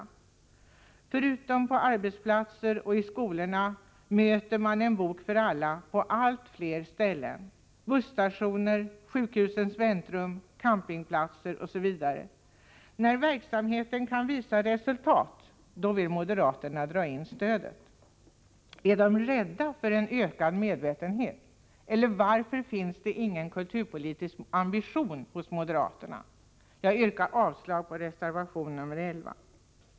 Förutom på arbetsplatser och i skolorna möter man En bok för alla på allt fler ställen — busstationer, sjukhusens väntrum, campingplatser osv. När verksamheten kan visa resultat, då vill moderaterna dra in stödet. Är de rädda för en ökad medvetenhet, eller varför finns det ingen kulturpolitisk ambition hos moderaterna? Jag yrkar avslag på reservation nr 11.